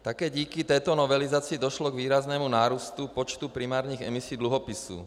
Také díky této novelizaci došlo k výraznému nárůstu počtu primárních emisí dluhopisů.